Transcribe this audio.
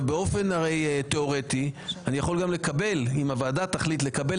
באופן תיאורטי אני יכול גם לקבל אם הוועדה תחליט לקבל